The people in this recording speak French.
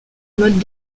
modes